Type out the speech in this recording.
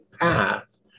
path